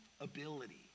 ability